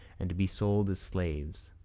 and to be sold as slaves.